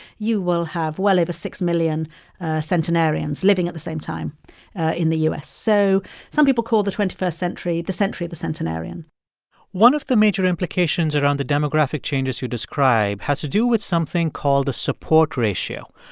you will have well over six million centenarians living at the same time in the u s. so some people call the twenty first century the century of the centenarian one of the major implications around the demographic changes you describe has to do with something called a support ratio.